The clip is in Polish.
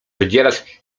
wydzielać